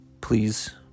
Please